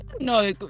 No